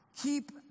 Keep